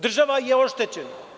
Država je oštećena.